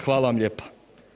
Hvala vam lijepa.